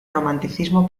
romanticismo